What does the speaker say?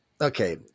okay